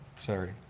sorry.